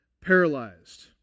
paralyzed